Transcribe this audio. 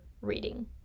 reading